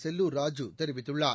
செல்லூர் ராஜூ தெரிவித்துள்ளார்